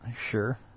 Sure